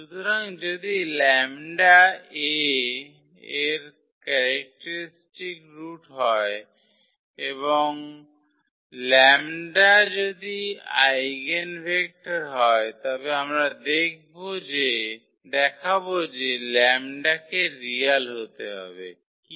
সুতরাং যদি λ A এর ক্যারেক্টারিস্টিক রুট হয় এবং λ যদি আইগেনভেক্টর হয় তবে আমরা দেখাব যে λ কে রিয়াল হতে হবে কীভাবে